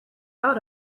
out